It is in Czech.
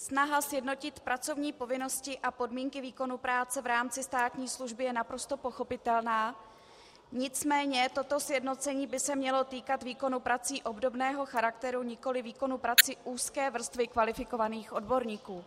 Snaha sjednotit pracovní povinnosti a podmínky výkonu práce v rámci státní služby je naprosto pochopitelná, nicméně toto sjednocení by se mělo týkat výkonu prací obdobného charakteru, nikoli výkonu prací úzké vrstvy kvalifikovaných odborníků.